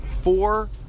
four